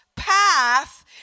path